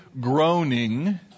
groaning